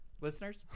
Listeners